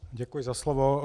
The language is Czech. Děkuji za slovo.